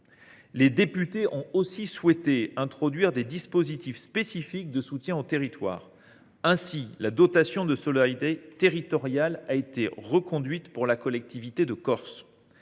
Les députés ont aussi souhaité introduire des dispositifs spécifiques de soutien aux territoires. Ainsi, la dotation de solidarité territoriale a été reconduite pour la collectivité de Corse.